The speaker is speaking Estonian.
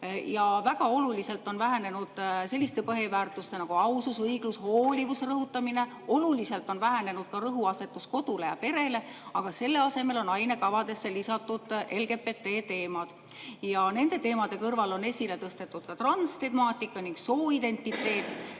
Väga oluliselt on vähenenud selliste põhiväärtuste, nagu ausus, õiglus ja hoolivus rõhutamine. Oluliselt on vähenenud ka rõhuasetus kodule ja perele. Selle asemel on ainekavadesse lisatud LGBT-teemad ja nende teemade kõrval on esile tõstetud ka transtemaatika ning sooidentiteet.